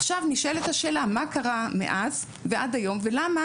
עכשיו נשאלת השאלה מה קרה מאז ועד היום ולמה,